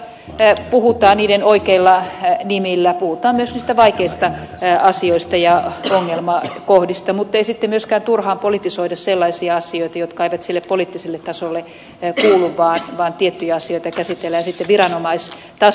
asioista puhutaan niiden oikeilla nimillä puhutaan myös niistä vaikeista asioista ja ongelmakohdista muttei sitten myöskään turhaan politisoida sellaisia asioita jotka eivät sille poliittiselle tasolle kuulu vaan tiettyjä asioita käsitellään sitten viranomaistasolla